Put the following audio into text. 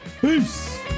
Peace